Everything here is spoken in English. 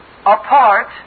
apart